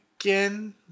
again